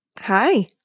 Hi